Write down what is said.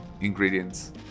ingredients